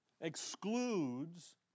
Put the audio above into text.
excludes